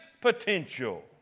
potential